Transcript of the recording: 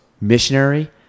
missionary